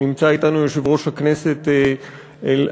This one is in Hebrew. נמצא אתנו יושב-ראש הכנסת הקודמת,